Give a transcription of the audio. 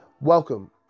Welcome